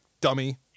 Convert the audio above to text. dummy